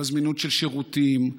בזמינות של שירותים,